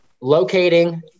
locating